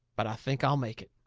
but i think i'll make it.